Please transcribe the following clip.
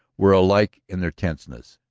were alike in their tenseness.